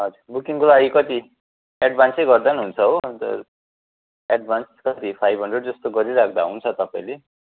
हजुर बुकिङको लागि कति एडभान्सै गर्दा पनि हुन्छ हो अन्त एडभान्स कति फाइभ हन्ड्रेड जस्तो गरिराख्दा हुन्छ तपाईँले